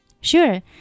Sure